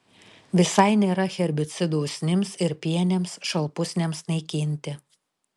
visai nėra herbicidų usnims ir pienėms šalpusniams naikinti